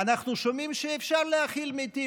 אנחנו שומעים שאפשר להכיל מתים,